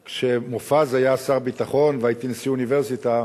כשמופז היה שר הביטחון והייתי נשיא אוניברסיטה,